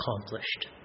accomplished